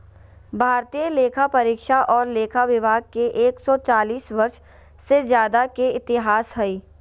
भारतीय लेखापरीक्षा और लेखा विभाग के एक सौ चालीस वर्ष से ज्यादा के इतिहास हइ